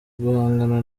guhangana